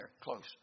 Close